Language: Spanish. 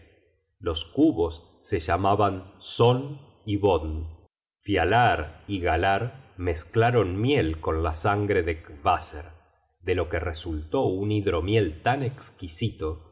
los cubos se llamaban son y bodn fialar y galar mezclaron miel con la sangre de qvaser de lo que resultó un hidromiel tan esquisito